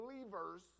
believers